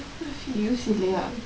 use இல்லைனா:illaiyaa